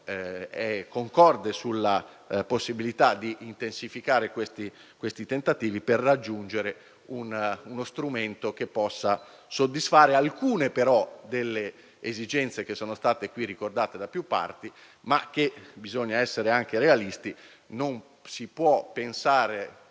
concorde sulla possibilità di intensificare i tentativi per raggiungere uno strumento che possa soddisfare alcune esigenze che sono state in questa sede ricordate da più parti; ma bisogna essere realisti: non si può pensare